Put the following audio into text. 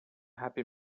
happy